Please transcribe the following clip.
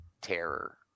Terror